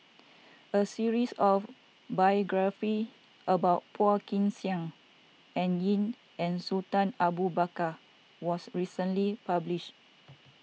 a series of biographies about Phua Kin Siang Dan Ying and Sultan Abu Bakar was recently published